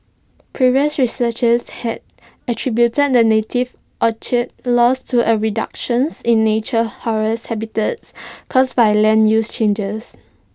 previous researchers had attributed the native orchid's loss to A reduction in natural forest habitats caused by land use changes